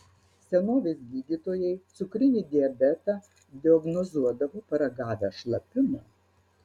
senovės gydytojai cukrinį diabetą diagnozuodavo paragavę šlapimo